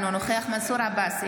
אינו נוכח מנסור עבאס,